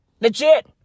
Legit